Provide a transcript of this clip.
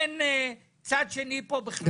אין צד שני פה בכלל.